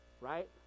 right